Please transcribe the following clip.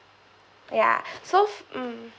ya so mm